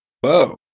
whoa